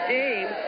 game